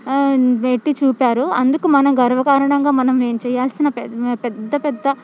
బెట్టి చూపారు అందుకు మనం గర్వకారణంగా మనం నీ చేయాల్సిన పె పెద్ద పెద్ద